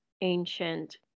ancient